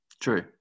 True